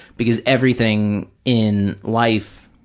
because everything in life,